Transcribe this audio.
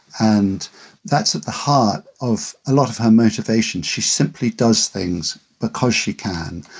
and that's at the heart of a lot of her motivation. she simply does things because she can,